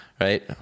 right